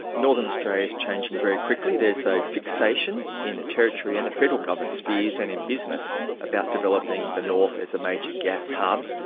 northern australia is changing very quickly, there's a fixation in the territory, and the federal government's fears and in business about developing the north as a major gas hub,